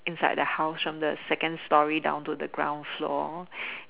inside the house from the second story down to the ground floor